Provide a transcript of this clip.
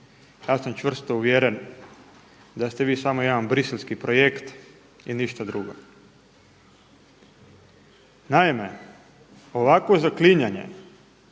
ja sam čvrsto uvjeren da ste vi samo jedan briselski projekt i ništa drugo. Naime, ovakvo zaklinjanje